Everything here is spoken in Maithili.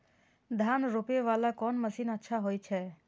धान रोपे वाला कोन मशीन अच्छा होय छे?